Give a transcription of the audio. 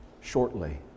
shortly